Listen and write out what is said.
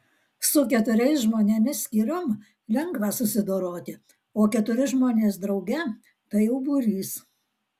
su keturiais žmonėmis skyrium lengva susidoroti o keturi žmonės drauge tai jau būrys